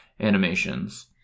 animations